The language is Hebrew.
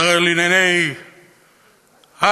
השר לענייני אלוביץ,